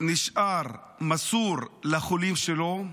נשאר מסור לחולים שלו,